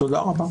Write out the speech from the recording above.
תודה רבה.